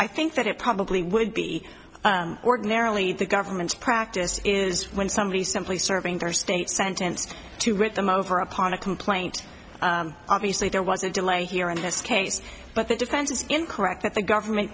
like i think that it probably would be ordinarily the government's practice is when somebody simply serving their state sentenced to rhythm over upon a complaint obviously there was a delay here in this case but the defense is incorrect that the government